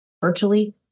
virtually